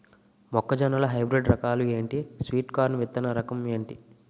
మొక్క జొన్న లో హైబ్రిడ్ రకాలు ఎంటి? స్వీట్ కార్న్ విత్తన రకం ఏంటి?